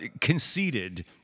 conceded